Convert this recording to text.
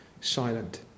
silent